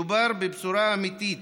מדובר בבשורה אמיתית,